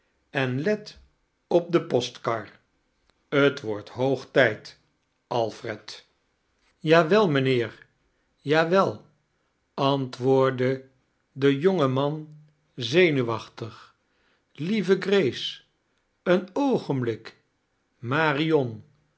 en let op de kekstvertellingen pastkar t wordt hoog tijd alfred jawe l mijnheer jawel antwoordde de jonge man zenuwachtig lieive grace een oogemblik marion